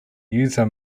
user